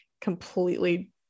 completely